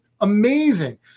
amazing